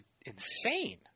insane